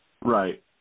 Right